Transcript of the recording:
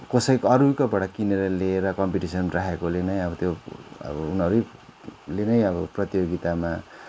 कसै अरूकैबाट किनेर लिएर कम्पिटिसन राखेकोले चाहिँ अब त्यो अब उनीहरूले नै अब प्रतियोगितामा